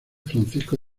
francisco